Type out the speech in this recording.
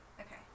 Okay